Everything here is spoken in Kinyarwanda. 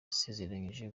yasezeranyije